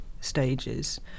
stages